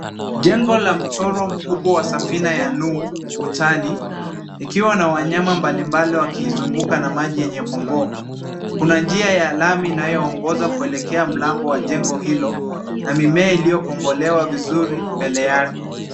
Jengo la mchoro mkubwa wa safina ya Nuhu ukutani, ikiwa na wanyama mbali mbali wakiizunguka na maji yenye pomboo. Kuna njia ya lami inayoongoza kuelekea mlango wa jengo hilo na mimea iliyokongolewa vizuri mbele yake.